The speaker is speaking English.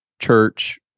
church